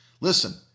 Listen